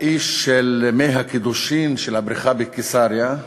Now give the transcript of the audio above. האיש של מי הקדושים של הבריכה בקיסריה,